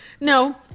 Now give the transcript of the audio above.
no